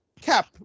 Cap